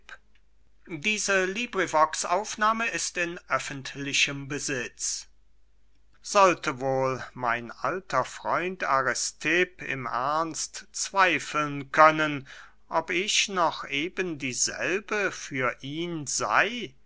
iii lais an aristipp sollte wohl mein alter freund aristipp im ernst zweifeln können ob ich noch eben dieselbe für ihn sey